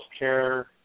healthcare